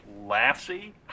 Lassie